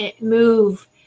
move